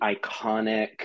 iconic